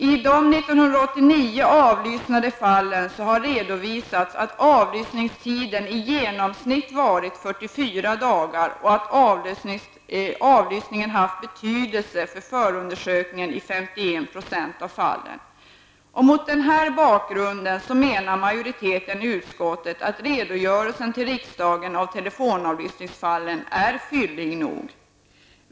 I de år 1989 avlyssnade fallen har det redovisats att avlyssningen i genomsnitt uppgått till 44 dagar och att avlyssningen haft betydelse för förundersökningen i 51 % av fallen. Mot den här bakgrunden anser majoriteten i utskottet att redogörelsen till riksdagen av telefonavlyssningsfallen är fyllig nog.